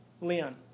Leon